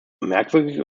merkwürdig